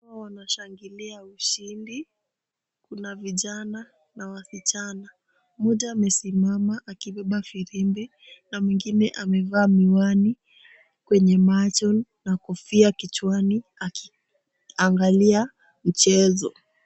Wanashangilia ushindi, kuna vijana na wasichana. Mmoja amesimama akibeba firimbi na mwingine amevaa miwani kwenye macho na kofia kichwani akiangalia mchezo.